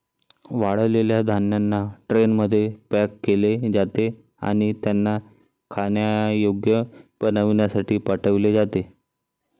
वाळलेल्या धान्यांना ट्रेनमध्ये पॅक केले जाते आणि त्यांना खाण्यायोग्य बनविण्यासाठी पाठविले जाते